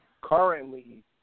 currently